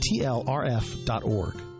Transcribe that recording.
tlrf.org